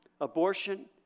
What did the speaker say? Abortion